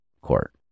court